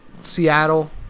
Seattle